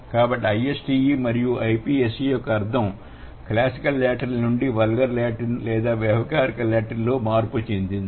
కాబట్టి i s t e మరియు i p s e యొక్క అర్థం క్లాసికల్ లాటిన్ నుండి వల్గర్ లాటిన్ లేదా వ్యావహారిక లాటిన్ లో చాలా మార్పుచెందింది